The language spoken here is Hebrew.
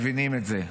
מבינים את זה.